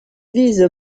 vise